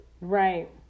right